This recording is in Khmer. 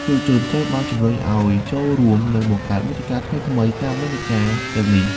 យុវជនត្រូវបាន ជំរុញឱ្យចូលរួម និងបង្កើតមាតិកាថ្មីៗ តាមនិន្នាការទាំងនេះ។